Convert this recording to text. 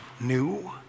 new